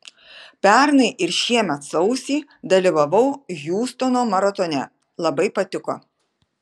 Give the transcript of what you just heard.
pernai ir šiemet sausį dalyvavau hiūstono maratone labai patiko